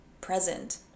present